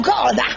God